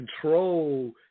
control